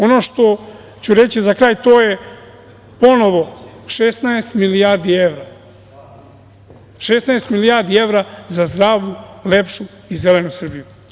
Ono što ću reći za kraj to je, ponovo, 16 milijardi evra za zdravu, lepšu i zelenu Srbiju.